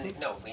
No